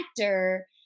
actor